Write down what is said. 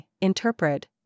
interpret